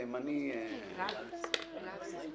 תימנוע